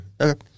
Okay